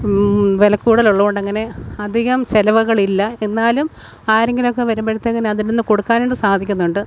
വിലക്കൂടുതലുള്ളതുകൊണ്ട് അങ്ങനെ അധികം ചെലവുകളില്ല എന്നാലും ആരെങ്കിലൊക്കെ വരുമ്പോഴേക്കിന് അതിൽ നിന്ന് കൊടുക്കാനായിട്ട് സാധിക്കുന്നുണ്ട്